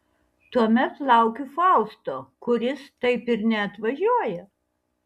tuomet laukiu fausto kuris taip ir neatvažiuoja